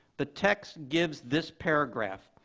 the text gives this paragraph.